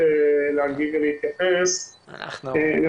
זה